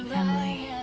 emily